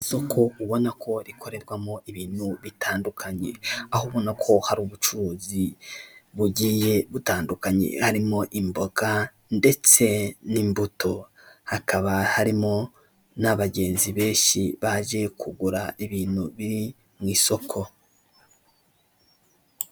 Isoko ubona ko rikorerwamo ibintu bitandukanye, aho ubona ko hari ubucuruzi bugiye butandukanye, harimo imboga ndetse n'imbuto, hakaba harimo n'abagenzi benshi baje kugura ibintu biri mu isoko.